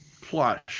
plush